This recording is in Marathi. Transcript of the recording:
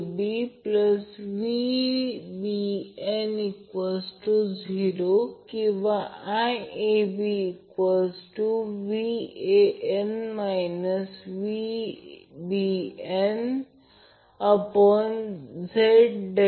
याचा अर्थ IAB Van VbnZ ∆ आणि आपल्याला आता Van Vbn √ 3 अँगल 30o मिळाले त्याच प्रकारे आपल्याला ते मिळेल